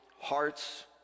hearts